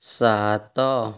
ସାତ